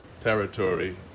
territory